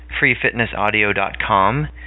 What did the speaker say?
freefitnessaudio.com